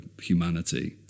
humanity